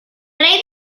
rey